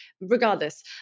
regardless